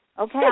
Okay